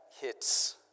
hits